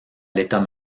l’état